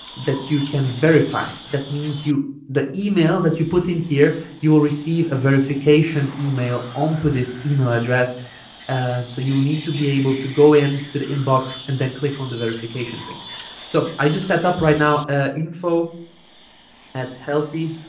that you can verify that means you the email that you put in here you will receive a verification email onto this email address ah so you'll need to be able to go in to the inbox and then click on the verification link so i just set up right now ah info at healthy